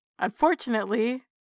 Unfortunately